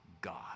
God